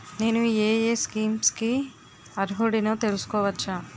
నేను యే యే స్కీమ్స్ కి అర్హుడినో తెలుసుకోవచ్చా?